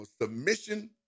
submission